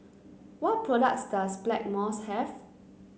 what products does Blackmores have